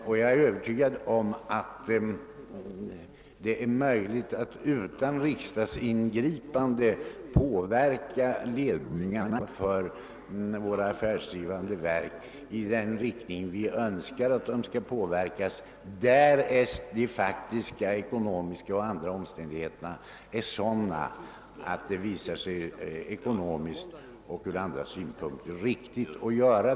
Och jag är övertygad om att det är möjligt att utan riksdagsbeslut påverka ledningarna för våra affärsdrivande verk i den riktning vi önskar, därest de faktiska ekonomiska faktorerna och andra omständigheter är sådana, att det är riktigt att verkställa investeringarna.